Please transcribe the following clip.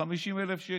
ב-50,000 שקל.